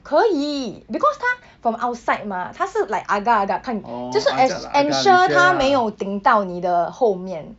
可以 because 他 from outside 吗他是 like agar agar 看就是 ens~ ensure 他没有顶到你的后面